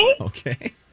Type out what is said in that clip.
Okay